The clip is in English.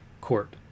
Court